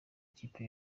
ikipi